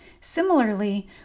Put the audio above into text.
Similarly